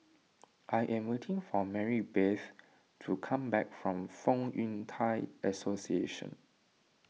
I am waiting for Marybeth to come back from Fong Yun Thai Association